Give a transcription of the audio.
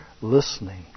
listening